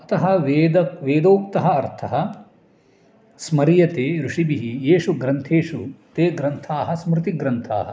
अतः वेदे वेदोक्तः अर्थः स्मर्यते ऋषिभिः एषु ग्रन्थेषु ते ग्रन्थाः स्मृतिग्रन्थाः